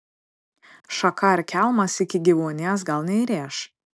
šaka ar kelmas iki gyvuonies gal neįrėš